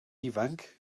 ifanc